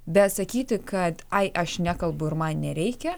bet sakyti kad ai aš nekalbu ir man nereikia